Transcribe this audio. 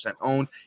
owned